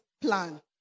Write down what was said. plan